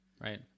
Right